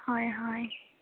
হয় হয়